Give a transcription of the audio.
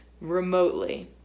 remotely